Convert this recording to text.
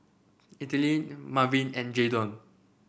Ethyle Marvin and Jaydon